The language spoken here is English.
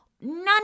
none